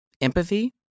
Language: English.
empathy